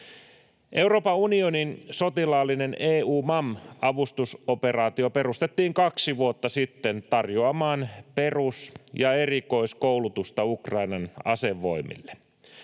Euroopan unionin sotilaallinen EUMAM-avustusoperaatio perustettiin kaksi vuotta sitten tarjoamaan perus- ja erikoiskoulutusta Ukrainan asevoimille.